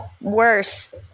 worse